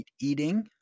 eating